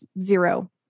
zero